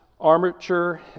armature